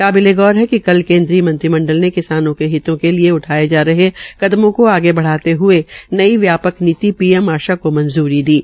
काबिले गौर है कि कल केंद्रीय मंत्रमंडल ने किसानों के हितों के लिए उठाए जा रहे कदमों को आगे बढाते हए नई व्यापक नीति पीएम आशा को मंजूरी दी है